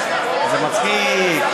זה מצחיק.